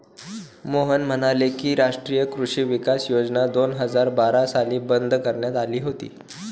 मोहन म्हणाले की, राष्ट्रीय कृषी विकास योजना दोन हजार बारा साली बंद करण्यात आली होती